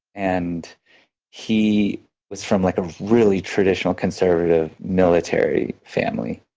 and he was from like a really traditional, conservative, military family.